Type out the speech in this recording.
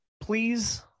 please